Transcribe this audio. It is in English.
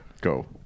Go